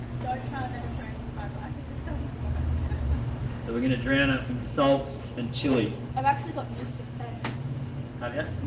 don't try and mediterranean fried rice. it just doesn't work so we're gonna drown it in salt and chilli ive actually gotten used to the taste have ya?